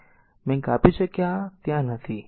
તેથી મેં કાપ્યું કે આ ત્યાં નથી